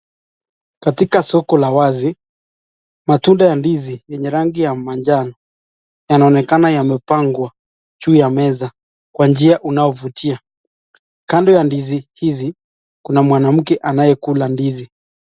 Katika soko la wazi matunda ya ndizi yenye rangi ya manjano yanaonekana yamepangwa juu ya meza kwa njia inayovutia. Kando ya ndizi hizi kuna mwanamke anayekula ndizi.